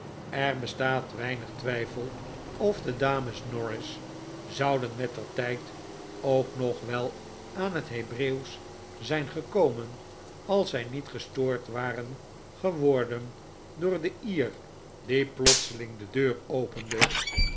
er bestaat weinig twijfel of de dames norris zouden mettertijd ook nog wel aan het hebreeuwsch zijn gekomen als zij niet gestoord waren geworden door den ier die plotseling de deur opende